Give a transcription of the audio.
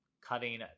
cutting